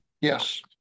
Yes